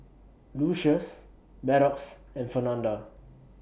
Lucious Maddox and Fernanda